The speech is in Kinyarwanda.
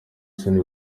soni